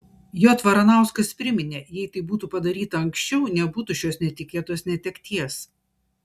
j varanauskas priminė jei tai būtų padaryta anksčiau nebūtų šios netikėtos netekties